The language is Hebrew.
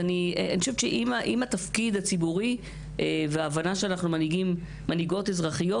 עם התפקיד הציבורי וההבנה שאנחנו מנהיגות אזרחיות,